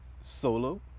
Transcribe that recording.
solo